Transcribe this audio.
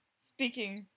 Speaking